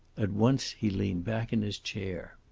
at once he leaned back in his chair.